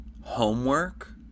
homework